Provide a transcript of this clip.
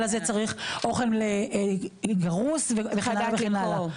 הזה צריך אוכל גרוס וכן הלאה וכן האלה,